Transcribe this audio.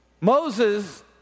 Moses